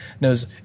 knows